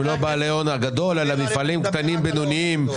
לא בעלי ההון הגדול אלא מפעלים קטנים בינוניים,